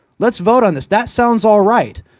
let's vote on this. that sounds all right.